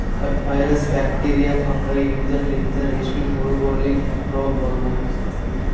virus, bacteria, fungi ಇವದ್ರಲಿಂತ್ ರೇಶ್ಮಿ ಹುಳಗೋಲಿಗ್ ರೋಗ್ ಬರಬಹುದ್